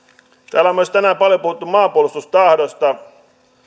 täällä on myös tänään paljon puhuttu maanpuolustustahdosta